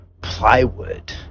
plywood